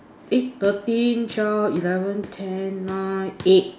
eh thirteen twelve eleven ten nine eight